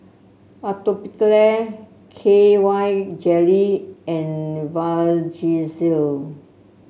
Atopiclair K Y Jelly and Vagisil